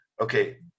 okay